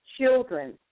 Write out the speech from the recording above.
children